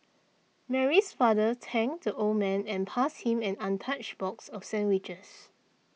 Mary's father thanked the old man and passed him an untouched box of sandwiches